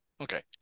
Okay